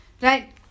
Right